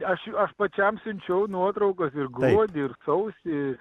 aš aš pačiam siunčiau nuotraukas ir gruodį ir sausį